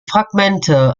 fragmente